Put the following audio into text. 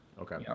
Okay